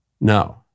No